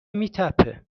میتپه